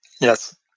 Yes